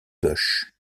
bush